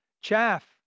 Chaff